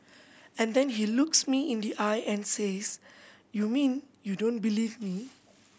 and then he looks me in the eye and says you mean you don't believe me